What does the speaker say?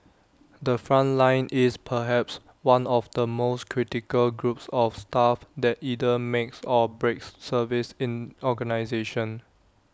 the front line is perhaps one of the most critical groups of staff that either makes or breaks service in organisations